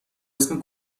اسم